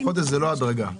חודש זה לא הדרגה.